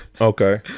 Okay